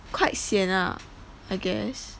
quite sian lah I guess